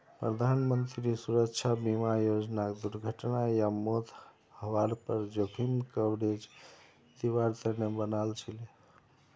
प्रधानमंत्री सुरक्षा बीमा योजनाक दुर्घटना या मौत हवार पर जोखिम कवरेज दिवार तने बनाल छीले